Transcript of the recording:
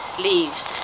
leaves